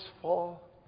fall